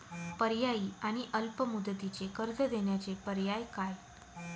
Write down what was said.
पर्यायी आणि अल्प मुदतीचे कर्ज देण्याचे पर्याय काय?